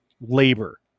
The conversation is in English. labor